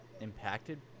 impacted